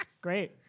Great